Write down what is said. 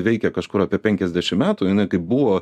veikia kažkur apie penkiasdešim metų jinai kaip buvo